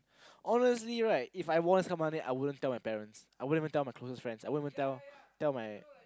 honestly right If I won some money I wouldn't tell my parents I wouldn't even tell my closest friends I wouldn't even tell tell my